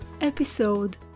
episode